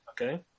Okay